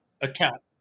account